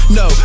no